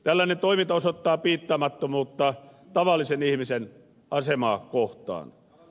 tällainen toiminta osoittaa piittaamattomuutta tavallisen ihmisen asemaa kohtaan